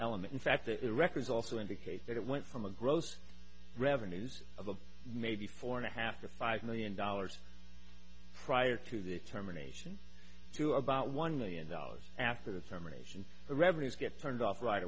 element in fact their records also indicate that it went from a gross revenues of maybe four and a half to five million dollars prior to the terminations to about one million dollars after the terminations revenues get turned off right